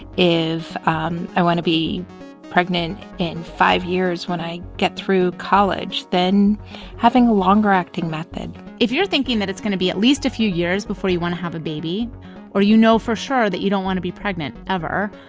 if um i want to be pregnant in five years when i get through college, then have a longer-acting method if you're thinking that it's going to be at least a few years before you want to have a baby or you know for sure that you don't want to be pregnant ever,